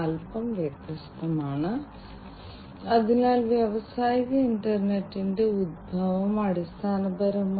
അതിനാൽ വ്യത്യസ്ത ആപ്ലിക്കേഷൻ ഡൊമെയ്നുകൾ ഉണ്ട് അതിനനുസരിച്ച് ഈ വ്യത്യസ്ത ഡൊമെയ്നുകൾ നിറവേറ്റുന്ന ധാരാളം വ്യവസായങ്ങളുണ്ട്